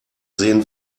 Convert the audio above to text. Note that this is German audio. sehen